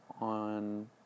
on